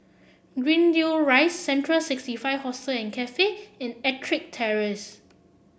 Greendale Rise Central sixty five Hostel Cafe and EttricK Terrace